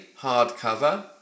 Hardcover